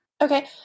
Okay